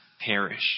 perish